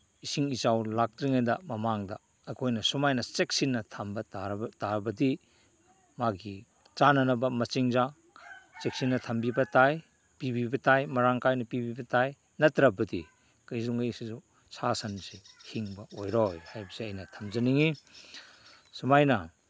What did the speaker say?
ꯏꯁꯤꯡ ꯏꯆꯥꯎ ꯂꯥꯛꯇ꯭ꯔꯤꯉꯩꯗ ꯃꯃꯥꯡꯗ ꯑꯩꯈꯣꯏꯅ ꯁꯨꯃꯥꯏꯅ ꯆꯦꯛꯁꯤꯟꯅ ꯊꯝꯕ ꯇꯥꯔꯕꯗꯤ ꯃꯥꯒꯤ ꯆꯥꯅꯅꯕ ꯃꯆꯤꯟꯖꯥꯛ ꯆꯦꯛꯁꯤꯟꯅ ꯊꯝꯕꯤꯕ ꯇꯥꯏ ꯄꯤꯕꯤꯕ ꯇꯥꯏ ꯃꯔꯥꯡ ꯀꯥꯏꯅ ꯄꯤꯕꯤꯕ ꯇꯥꯏ ꯅꯠꯇ꯭ꯔꯕꯗꯤ ꯀꯔꯤꯅꯨꯡꯒꯤꯁꯤꯁꯨ ꯁꯥ ꯁꯟꯁꯦ ꯍꯤꯡꯕ ꯑꯣꯏꯔꯣꯏ ꯍꯥꯏꯕꯁꯦ ꯑꯩꯅ ꯊꯝꯖꯅꯤꯡꯉꯤ ꯁꯨꯃꯥꯏꯅ